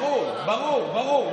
ברור, ברור.